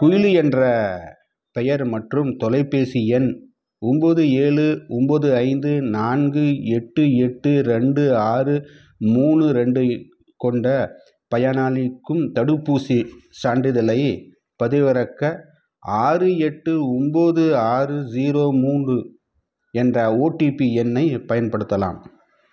குள்ளி என்ற பெயர் மற்றும் தொலைபேசி எண் ஒன்போது ஏழு ஒன்போது ஐந்து நான்கு எட்டு எட்டு ரெண்டு ஆறு மூணு ரெண்டு கொண்ட பயனாளிக்கும் தடுப்பூசி சான்றிதழை பதிவிறக்க ஆறு எட்டு ஒன்போது ஆறு ஜீரோ மூணு என்ற ஓடிபி எண்ணை பயன்படுத்தலாம்